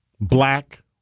black